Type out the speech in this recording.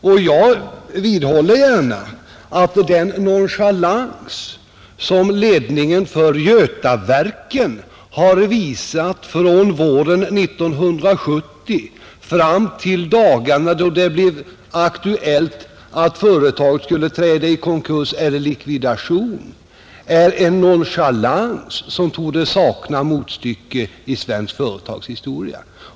Men jag vidhåller att den nonchalans som ledningen för Götaverken har visat från våren 1970 fram till den dag då det blev aktuellt att företaget eventueilt skulle träda i konkurs eller likvidation är av det slaget att den torde sakna motstycke i svensk företagshistoria.